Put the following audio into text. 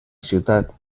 ciutat